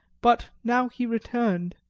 but now he returned.